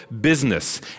Business